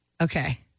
Okay